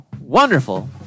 wonderful